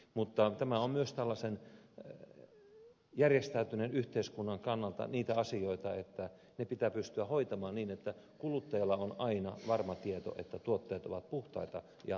mutta tämä on myös järjestäytyneen yhteiskunnan kannalta niitä asioita että ne pitää pystyä hoitamaan niin että kuluttajalla on aina varma tieto että tuotteet ovat puhtaita ja turvallisia